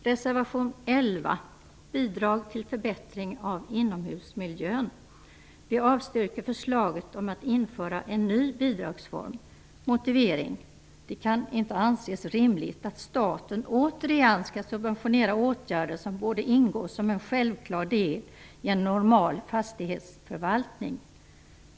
Reservation nr 11 handlar om bidrag till förbättring av inomhusmiljön. Där avstyrker vi moderater förslaget om att införa en ny bidragsform. Motivering: Det kan inte anses rimligt att staten återigen skall subventionera åtgärder som borde ingå som en självklar del i en normal fastighetsförvaltning.